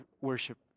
worship